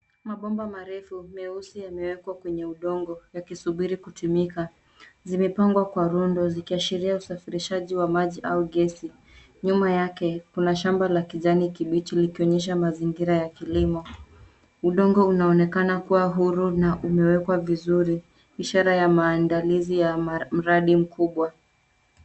Mabomba marefu meusi yamewekwa kwenye udongo yakisubiri kutumika. Zimepangwa kwa rundo zikiashiria usafirishaji wa maji au gesi. Nyuma yake kuna shamba la kijani kibichi vikionyesha mazingira ya kilimo. Udongo unaonekana kuwa huru na umewekwa vizuri ishara ya maandalizi ya mradi mkubwa.